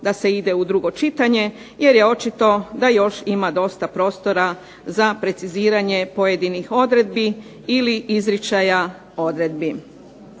da se ide u drugo čitanje, jer je očito da još ima dosta prostora za preciziranje pojedinih odredbi ili izričaja odredbi.